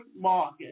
market